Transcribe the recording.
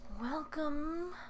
welcome